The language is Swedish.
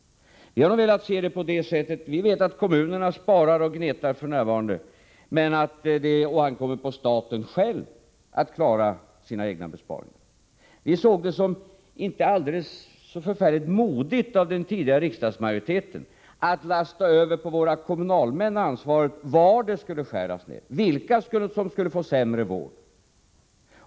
Vi vet att kommunerna sparar och gnetar f. n., men vi vill se det på det sättet att det ankommer på staten själv att klara sina egna besparingar. Vi såg det som inte så förfärligt modigt av den tidigare riksdagsmajoriteten att på våra kommunalmän lasta över ansvaret för var det skulle skäras ner, vilka som skulle få sämre vård.